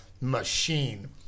Machine